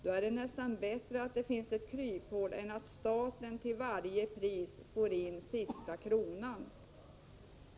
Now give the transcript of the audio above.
Det är snarare bättre att det finns ett kryphål i lagen än att staten till varje pris får in den sista kronan i skatt.